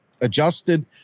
adjusted